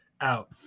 out